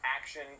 action